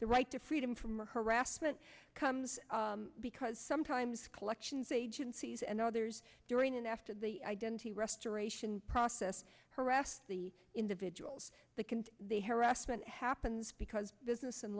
the right to freedom from harassment comes because sometimes collections agencies and others during and after the identity restoration process harass the individuals that can the harassment happens because business and